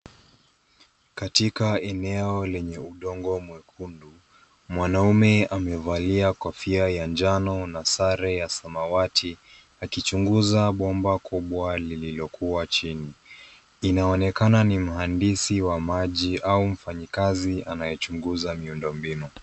Katika eneo lenye udongo mwekundu, mwanaume amevalia kofia ya njano na sare ya samawati akichunguza bomba kubwa lililokuwa chini. Inaonekana ni mhandisi wa maji au mfanyikazi anayechunguza miundombinu.